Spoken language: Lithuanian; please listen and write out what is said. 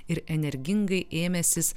ir energingai ėmęsis